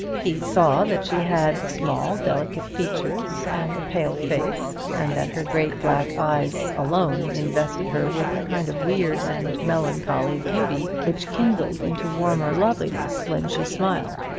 he saw that she had small delicate features and a pale face, and that her great black eyes alone invested her with a kind of weird and melancholy beauty, which kindled into warmer loveliness when she smiled.